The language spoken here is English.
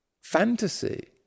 fantasy